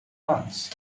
months